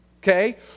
okay